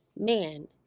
man